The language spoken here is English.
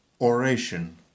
Oration